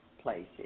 places